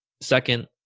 Second